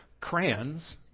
crayons